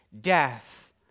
death